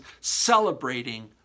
celebrating